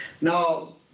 Now